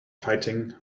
fighting